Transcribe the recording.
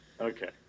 Okay